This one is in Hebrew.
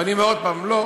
ואני אומר עוד פעם: לא.